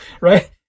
right